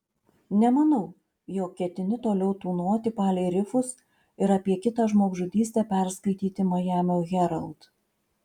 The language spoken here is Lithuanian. nemanau jog ketini toliau tūnoti palei rifus ir apie kitą žmogžudystę perskaityti majamio herald